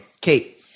Kate